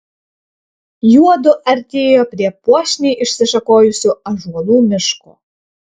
juodu artėjo prie puošniai išsišakojusių ąžuolų miško